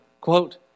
quote